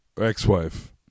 Ex-wife